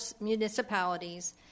municipalities